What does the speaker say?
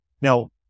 Now